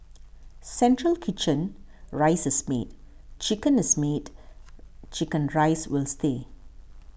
central kitchen rice is made chicken is made Chicken Rice will stay